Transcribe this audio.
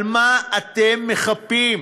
על מה אתם מחפים?